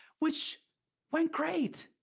which went great.